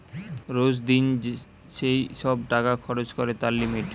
রোজ দিন যেই সব টাকা খরচ করে তার লিমিট